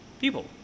people